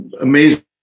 amazing